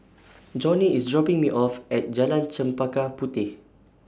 Joni IS dropping Me off At Jalan Chempaka Puteh